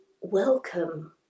welcome